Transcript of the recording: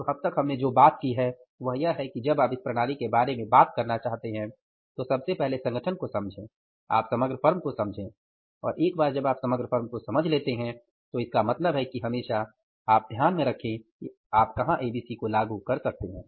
तो अब तक हमने जो बात की है वह यह है कि जब आप इस प्रणाली के बारे में बात करना चाहते हैं तो सबसे पहले संगठन को समझें आप समग्र फर्म को समझें और एक बार जब आप समग्र फर्म को समझ लेते हैं तो इसका मतलब है कि आप हमेशा ध्यान में रखें कि आप कहाँ एबीसी को लागू कर सकते हैं